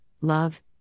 love